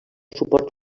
suport